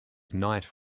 knight